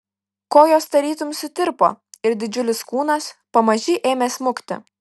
kojos tarytum sutirpo ir didžiulis kūnas pamaži ėmė smukti